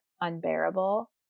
unbearable